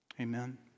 Amen